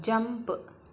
jump